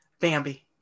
Bambi